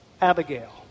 Abigail